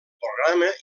programa